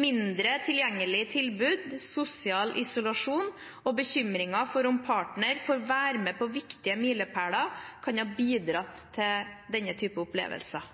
Mindre tilgjengelige tilbud, sosial isolasjon og bekymringer for om partner får være med på viktige milepæler, kan ha bidratt til den typen opplevelser.